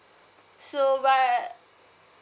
so but